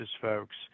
folks